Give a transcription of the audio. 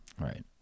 Right